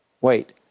wait –